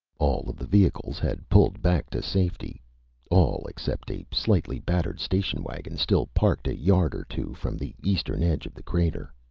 all of the vehicles had pulled back to safety all except a slightly battered station wagon still parked a yard or two from the eastern edge of the crater.